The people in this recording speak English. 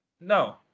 No